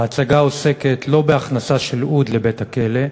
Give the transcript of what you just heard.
ההצגה עוסקת לא בהכנסה של עוּד לבית-הכלא,